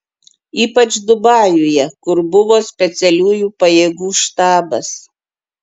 ypač dubajuje kur buvo specialiųjų pajėgų štabas